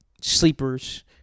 sleepers